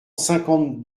cinquante